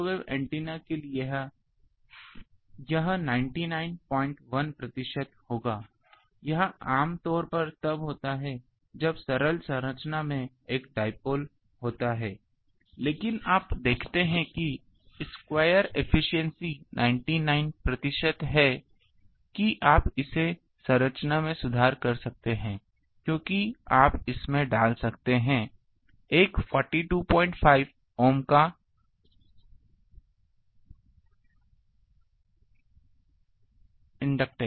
तो microwave antenna के लिए यह 991 प्रतिशत होगा यह आम तौर पर तब होता है जब सरल संरचना में एक डाइपोल होता है लेकिन आप देखते हैं कि यह स्क्वायर एफिशिएंसी 99 प्रतिशत है कि आप इसे संरचना में सुधार कर सकते हैं क्योंकि आप इसमें डाल सकते हैं एक 425 ओम काएडक्टैंस है